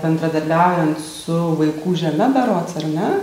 bendradarbiaujant su vaikų žeme berods ar ne